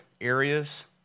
areas